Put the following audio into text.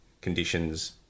conditions